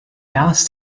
asked